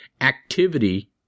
Activity